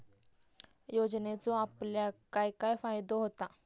योजनेचो आपल्याक काय काय फायदो होता?